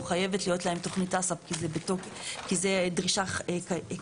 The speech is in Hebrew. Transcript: חייבת להיות להם תוכנית הס"פ כי זה דרישה קיימת,